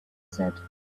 said